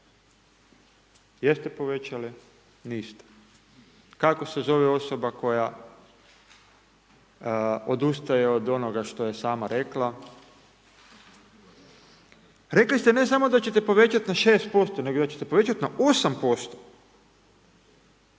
Jel ste povećali? Niste. Kako se zove osoba koja odustaje od onoga što je sama rekla? Rekli ste ne samo da ćete povećati na 6%, nego da ćete povećati na 8%.